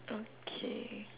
okay